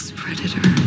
predator